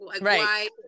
Right